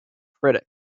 critics